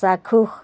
চাক্ষুষ